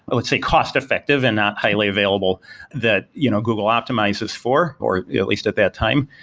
but let's say cost-effective and not highly available that you know google optimizes for, or at least at that time.